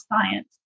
science